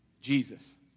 Jesus